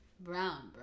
brown